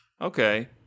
Okay